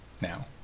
now